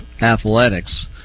athletics